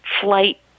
flight